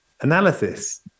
analysis